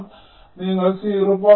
അതിനാൽ നിങ്ങൾ 0